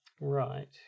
Right